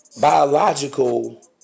biological